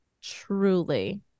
truly